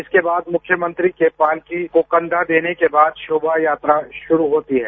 इसके बाद मुख्यमंत्री के पालकी को कंधा देने के बाद शोभा यात्रा शुरू होती है